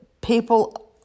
people